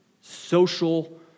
social